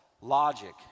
logic